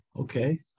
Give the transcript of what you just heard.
Okay